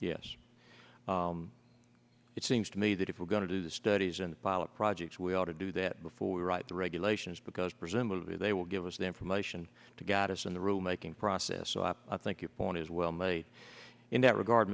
yes it seems to me that if we're going to do the studies in the pilot projects we ought to do that before we write the regulations because presumably they will give us the information to guide us in the room making process so i think your point is well made in that regard